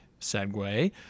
segue